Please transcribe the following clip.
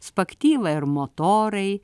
spaktyva ir motorai